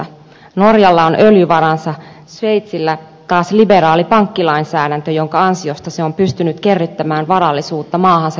norjalla on öljyvaransa sveitsillä taas liberaali pankkilainsäädäntö jonka ansiosta se on pystynyt kerryttämään varallisuutta maahansa jo pitkään